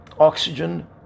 oxygen